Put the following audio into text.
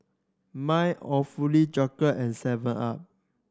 Miles Awfully Chocolate and seven up